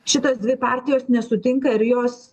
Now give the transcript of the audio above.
šitos dvi partijos nesutinka ir jos